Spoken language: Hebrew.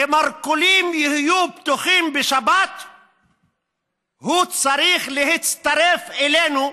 שמרכולים יהיו פתוחים בשבת צריך להצטרף אלינו,